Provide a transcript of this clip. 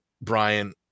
Brian